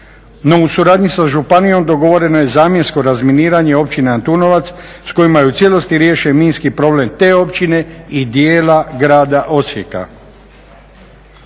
No u suradnji sa županijom dogovoreno je zamjensko razminiranje Općina Antunovac s kojima je u cijelosti riješen minski problem i dijela grada Osijeka.